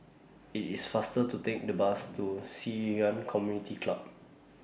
IT IS faster to Take The Bus to Ci Yuan Community Club